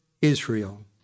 Israel